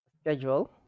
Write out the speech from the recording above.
schedule